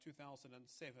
2007